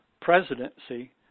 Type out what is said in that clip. presidency